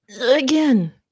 again